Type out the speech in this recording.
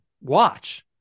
watch